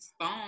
phone